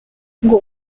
ngo